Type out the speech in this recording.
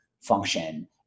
function